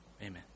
amen